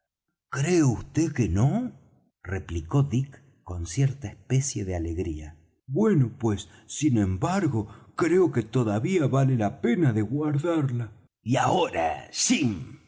cree vd que no replicó dick con cierta especie de alegría bueno pues sin embargo creo que todavía vale la pena de guardarla y ahora jim